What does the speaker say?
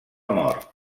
mort